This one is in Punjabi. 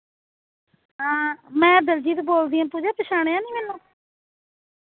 ਹਾਂ ਮੈਂ ਦਿਲਜੀਤ ਬੋਲਦੀ ਹਾਂ ਪੂਜਾ ਪਛਾਣਿਆ ਨਹੀਂ ਮੈਨੂੰ